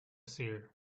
seer